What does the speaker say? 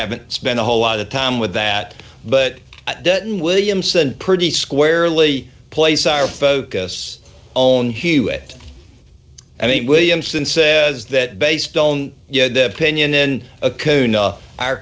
haven't spent a whole lot of time with that but that doesn't williamson pretty squarely place our focus own hewitt i mean williamson says that based on you know the pinion then